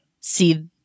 see